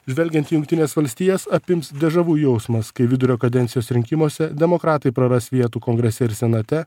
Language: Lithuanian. žvelgiant į jungtines valstijas apims de žavu jausmas kai vidurio kadencijos rinkimuose demokratai praras vietų kongrese ir senate